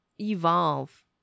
evolve